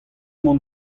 mont